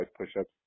push-ups